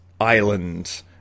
island